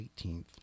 18th